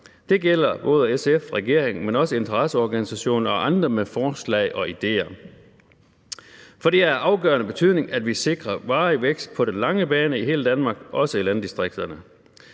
Det gælder både SF og regeringen, men også interesseorganisationer og andre med forslag og ideer. For det er af afgørende betydning, at vi sikrer varig vækst på den lange bane i hele Danmark, også i landdistrikterne.